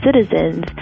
citizens